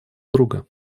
друга